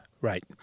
Right